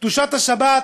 קדושת השבת,